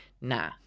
nah